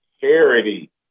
charity